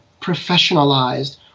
professionalized